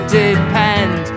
depend